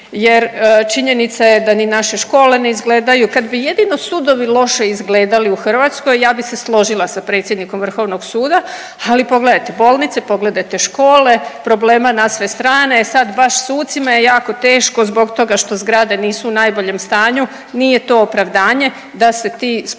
jer činjenica je da ni naše škole ne izgledaju, kad bi jedino sudovi loše izgledali u Hrvatskoj, ja bih se složila sa predsjednikom Vrhovnog suda, ali pogledajte bolnice, pogledajte škole, problema na sve strane, sad baš sucima je jako teško zbog toga što zgrade nisu u najboljem stanju. Nije to opravdanje da se ti sporovi